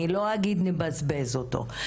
אני לא אגיד נבזבז אותו,